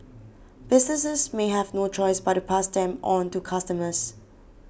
businesses may have no choice but to pass them on to customers